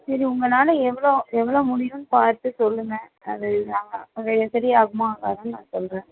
சரி உங்களால் எவ்வளோ எவ்வளோ முடியும்ன்னு பார்த்து சொல்லுங்க அது நான் அது சரி ஆகுமா ஆகாதான்னு நான் சொல்கிறேன்